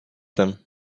them